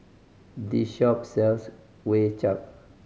this shop sells Kway Chap